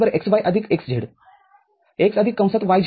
z x y